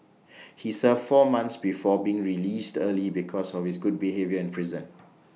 he served four months before being released early because of his good behaviour in prison